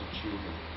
children